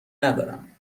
ندارم